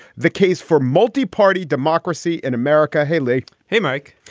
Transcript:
the case for multi-party democracy in america. hey, lee. hey, mike.